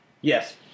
Yes